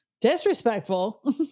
disrespectful